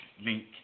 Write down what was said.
link